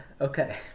Okay